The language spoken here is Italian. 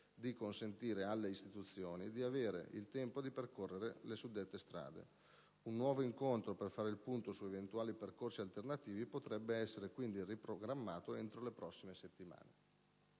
di consentire alle istituzioni di avere il tempo di percorrere le suddette strade. Un nuovo incontro per fare il punto su eventuali percorsi alternativi potrebbe essere quindi riprogrammato entro le prossime settimane.